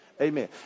amen